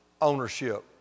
ownership